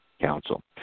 council